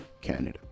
Canada